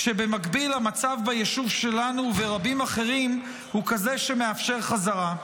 כשבמקביל המצב ביישוב שלנו וברבים אחרים הוא כזה שמאפשר חזרה.